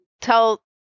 tell